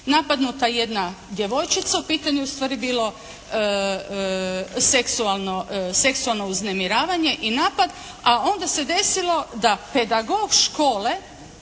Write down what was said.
napadnuta jedna djevojčica. U pitanju je u stvari bilo seksualno uznemiravanje i napad, a onda se desilo da pedagog škole